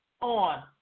on